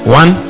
one